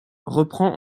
reprend